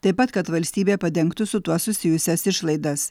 taip pat kad valstybė padengtų su tuo susijusias išlaidas